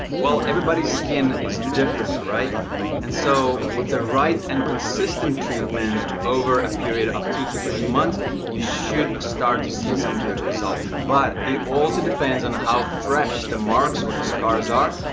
well everybody's skin is different right and so with the right and consistent treatment over a period of two to three months you should start to see some good results, but it also depends on how fresh the marks or the scars are,